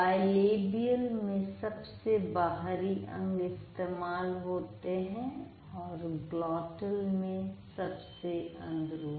bilabial में सबसे बाहरी अंग इस्तेमाल होते हैं और ग्लोटल में सबसे अंदरूनी